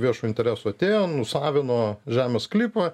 viešu interesu atėjo nusavino žemės sklypą